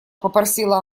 попросила